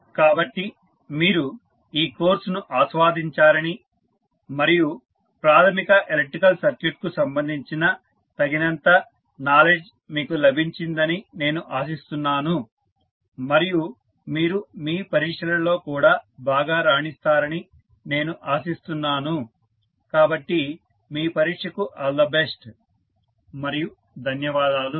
కాబట్టి మీరు ఈ కోర్సును ఆస్వాదించారని మరియు ప్రాథమిక ఎలక్ట్రికల్ సర్క్యూట్కు సంబంధించిన తగినంత నాలెడ్జ్ మీకు లభించిందని నేను ఆశిస్తున్నాను మరియు మీరు మీ పరీక్షలలో కూడా బాగా రాణిస్తారని నేను ఆశిస్తున్నాను కాబట్టి మీ పరీక్షకు ఆల్ ది బెస్ట్ మరియు ధన్యవాదాలు